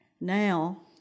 Now